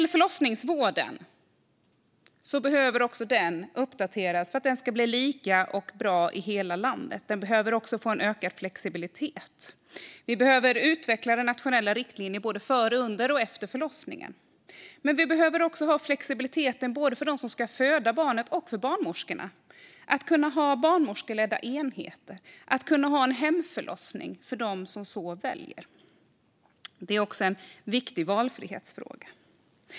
Förlossningsvården behöver också uppdateras för att bli likvärdig och bra i hela landet. Den behöver också få en ökad flexibilitet. Vi behöver utveckla de nationella riktlinjerna både före, under och efter förlossningen, och vi behöver ha en flexibilitet både för den som ska föda barnet och för barnmorskorna. Att kunna ha barnmorskeledda enheter och hemförlossning för den som så väljer är en viktig valfrihetsfråga.